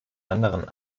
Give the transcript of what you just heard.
anderen